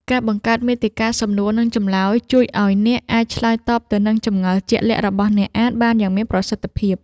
ការបង្កើតមាតិកាសំណួរនិងចម្លើយ ជួយឱ្យអ្នកអាចឆ្លើយតបទៅនឹងចម្ងល់ជាក់លាក់របស់អ្នកអានបានយ៉ាងមានប្រសិទ្ធភាព។